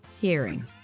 hearing